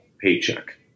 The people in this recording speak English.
paycheck